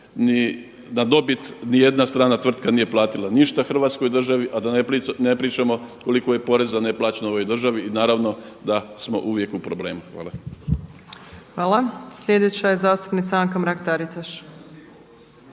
na dobit ni jedna strana tvrtka nije platila ništa Hrvatskoj državi a da ne pričamo koliko je poreza neplaćeno u ovoj državi i naravno da smo uvijek u problemu. Hvala. **Opačić, Milanka (SDP)** Hvala. Sljedeća je zastupnica Anka Mrak-Taritaš.